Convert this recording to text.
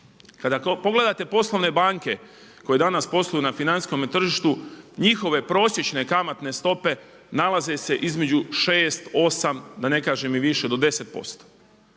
Kada pogledate poslovne banke koje danas posluju na financijskome tržištu, njihove prosječne kamatne stope nalaze se između 6, 8, da ne kažem i više do 10%.